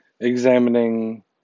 examining